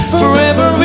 forever